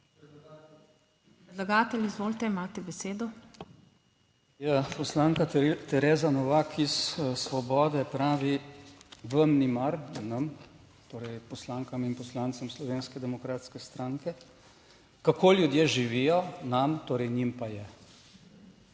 Predlagatelj, izvolite, imate besedo. **ZVONKO ČERNAČ (PS SDS):** Ja, poslanka Tereza Novak iz Svobode pravi, vam ni mar nam, torej poslankam in poslancem Slovenske demokratske stranke, kako ljudje živijo, nam, torej njim pa je.